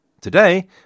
today